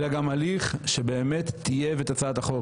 אלא גם הליך שבאמת טייב את הצעת החוק.